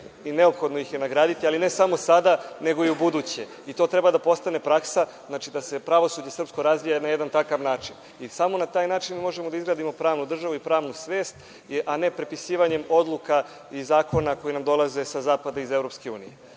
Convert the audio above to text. i neophodno ih je nagraditi, ali ne samo sada, nego i ubuduće i to treba da postane praksa da se pravosuđe srpsko razvija na jedan takav način i samo na taj način možemo da izgradimo pravnu državu i pravnu svest, a ne prepisivanjem odluka i zakona koji nam dolaze sa zapada i EU. Tako da